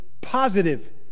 positive